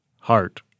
Heart